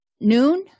noon